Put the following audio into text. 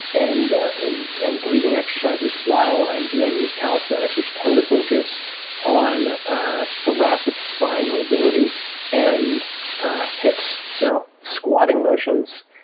and and breathing exercises while i'm doing these calisthenics, which tend to focus on ah thoracic spine mobility and hips. so, squatting motions,